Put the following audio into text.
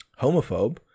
homophobe